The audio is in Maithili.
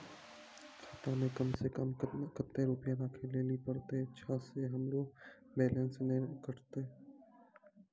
खाता मे कम सें कम कत्ते रुपैया राखै लेली परतै, छै सें हमरो बैलेंस नैन कतो?